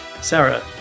Sarah